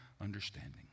understanding